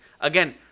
again